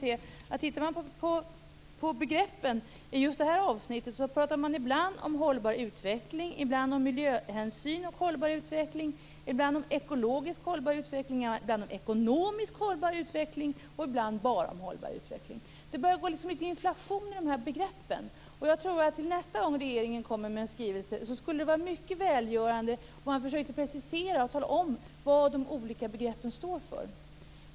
Ser vi på begreppen i just detta avsnitt finner vi att man ibland talar om hållbar utveckling, ibland om miljöhänsyn och hållbar utveckling, ibland om ekologiskt hållbar utveckling, ibland om ekonomiskt hållbar utveckling och ibland enbart om hållbar utveckling. Det börjar gå litet inflation i dessa begrepp. Nästa gång regeringen kommer med en skrivelse skulle det vara mycket välgörande om man försökte precisera de olika begreppen och tala om vad de står för.